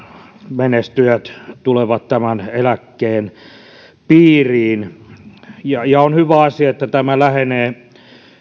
menestyjät tulevat tämän eläkkeen piiriin ja ja on hyvä asia että tämä lähenee